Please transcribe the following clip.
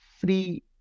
free